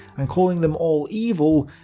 and calling them all evil,